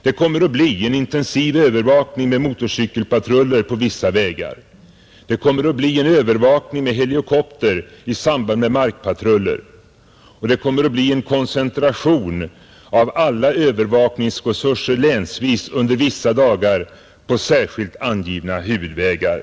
Det kommer att bli en intensiv övervakning med motorcykelpatruller på vissa vägar; det kommer att bli en övervakning med helikopter i samarbete med markpatruller; det kommer att bli en koncentration av alla övervakningsresurser länsvis under vissa dagar på särskilt angivna huvudvägar.